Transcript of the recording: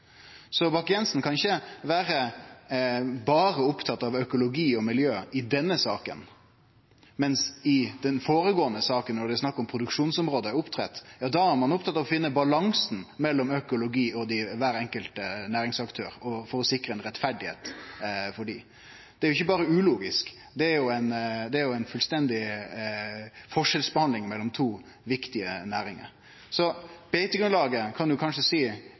kan ikkje berre vere oppteken av økologi og miljø i denne saka, mens i den føregåande saka, da det var snakk om produksjonsområde for oppdrett, var ein oppteken av å finne balansen mellom økologi og kvar enkelt næringsaktør og å sikre dei rettferd. Det er ikkje berre ulogisk, det er ei fullstendig forskjellsbehandling av to viktige næringar. Beitegrunnlaget kan ein kanskje si er